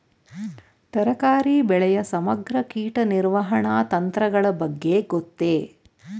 ತರಕಾರಿ ಬೆಳೆಯ ಸಮಗ್ರ ಕೀಟ ನಿರ್ವಹಣಾ ತಂತ್ರಗಳ ಬಗ್ಗೆ ಗೊತ್ತೇ?